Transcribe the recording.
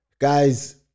Guys